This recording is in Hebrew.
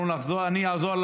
אנחנו נעזור, אני אעזור להם.